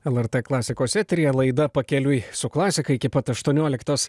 lrt klasikos eteryje laida pakeliui su klasika iki pat aštuonioliktos